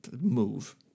Move